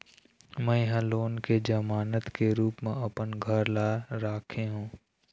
में ह लोन के जमानत के रूप म अपन घर ला राखे हों